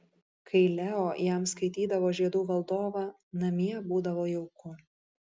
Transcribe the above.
kai leo jam skaitydavo žiedų valdovą namie būdavo jauku